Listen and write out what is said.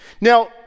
Now